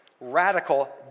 radical